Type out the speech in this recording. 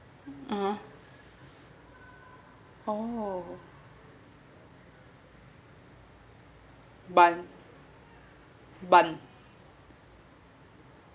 (uh huh) oh bun bun